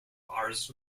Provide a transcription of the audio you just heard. ars